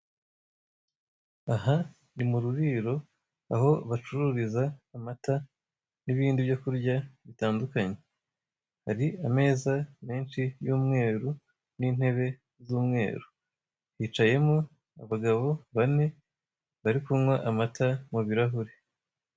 Aha ni mu ruriro aho bacururiza amata n'ibindi byo kurya bitandukanye. Hari ameza menshi y'umweru n'intebe z'umweru. Hicayemo abagabo bane bari kunywa amata mu birahuri.